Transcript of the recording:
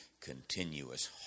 continuous